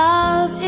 Love